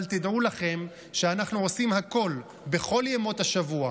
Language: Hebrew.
אבל תדעו לכם שאנחנו עושים הכול בכל ימות השבוע